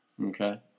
Okay